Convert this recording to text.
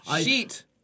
Sheet